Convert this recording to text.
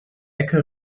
ecke